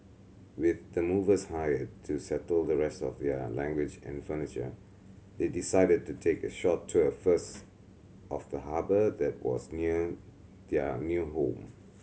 with the movers hired to settle the rest of their language and furniture they decided to take a short tour first of the harbour that was near their new home